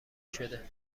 شده